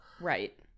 Right